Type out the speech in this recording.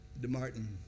DeMartin